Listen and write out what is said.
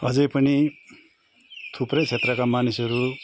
अझ पनि थुप्रै क्षेत्रका मानिसहरू